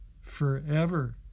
forever